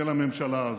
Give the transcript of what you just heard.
של הממשלה הזאת,